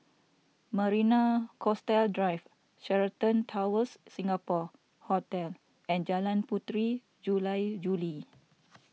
Marina Coastal Drive Sheraton Towers Singapore Hotel and Jalan Puteri Jula Juli